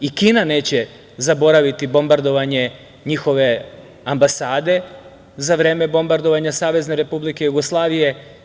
I Kina neće zaboraviti bombardovanje njihove ambasade za vreme bombardovanja SR Jugoslavije.